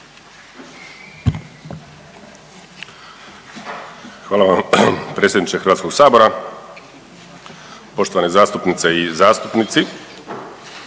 Hvala vam predsjedniče HS-a. Poštovane zastupnice i zastupnici.